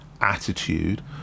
attitude